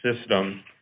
system